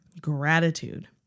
gratitude